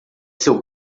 seu